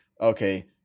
okay